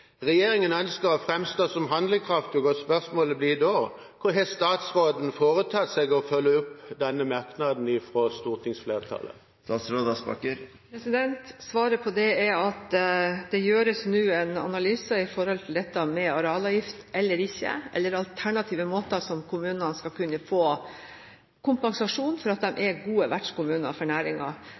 Regjeringen ønsker å framstå som handlekraftig. Spørsmålet blir da: Hva har statsråden foretatt seg for å følge opp denne merknaden fra stortingsflertallet? Svaret på det er at det gjøres nå en analyse når det gjelder dette med arealavgift eller ikke, eller alternative måter å sørge for at kommunene skal kunne få kompensasjon for at de er gode vertskommuner for